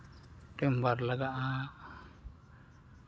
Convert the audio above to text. timber ᱞᱟᱜᱟᱜᱼᱟ